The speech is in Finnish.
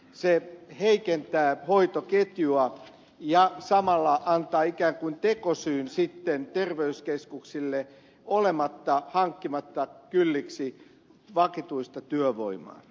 se heikentää hoitoketjua ja samalla antaa ikään kuin tekosyyn sitten terveyskeskuksille olla hankkimatta kylliksi vakituista työvoimaa